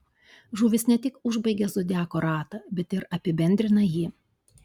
žuvys ne tik užbaigia zodiako ratą bet ir apibendrina jį